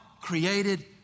created